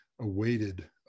awaited